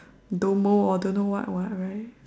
domo or don't what what right